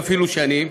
אפילו שנים.